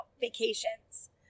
vacations